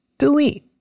delete